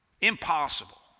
Impossible